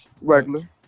regular